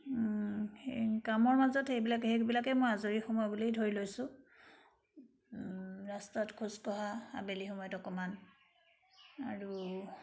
সেই কামৰ মাজত সেইবিলাকেই সেইবিলাকেই মই আজৰি সময় বুলি ধৰি লৈছোঁ ৰাস্তাত খোজকঢ়া আবেলি সময়ত অকণমান আৰু